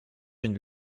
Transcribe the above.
une